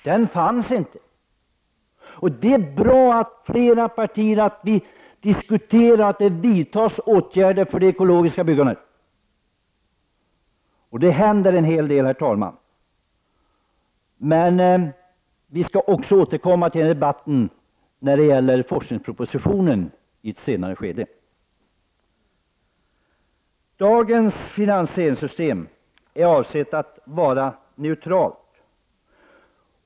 Det är bra att vi diskuterar emellan partierna och att det vidtas åtgärder för det ekologiska byggandet. Det händer en hel del, men vi skall återkomma till denna debatt i samband med att forskningspropositionen läggs fram i ett senare skede. Dagens finansieringssystem är avsett att vara neutralt.